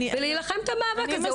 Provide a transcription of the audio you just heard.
ולהילחם את המאבק הזה.